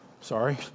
Sorry